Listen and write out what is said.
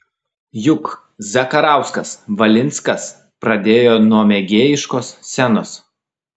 juk zakarauskas valinskas pradėjo nuo mėgėjiškos scenos